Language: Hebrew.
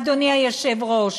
אדוני היושב-ראש,